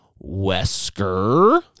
Wesker